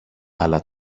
αλλά